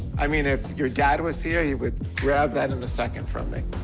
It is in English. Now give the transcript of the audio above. i mean, if your dad was here, he would grab that in a second from me.